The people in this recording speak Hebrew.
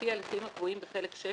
לפי ההליכים הקבועים בחלק VI,